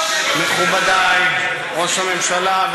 מכובדי ראש הממשלה,